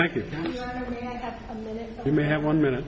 thank you you may have one minute